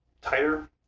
tighter